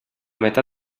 metà